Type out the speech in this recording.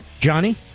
johnny